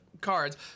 cards